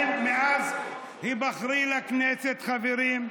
מאז היבחרי לכנסת, חברים,